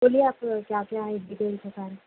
بولیے آپ کیا کیا ہے ڈیٹیلس بتائیں